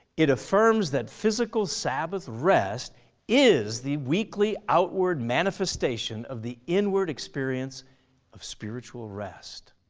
it affirms that physical sabbath rest is the weekly outward manifestation of the inward experience of spiritual rest.